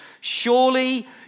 Surely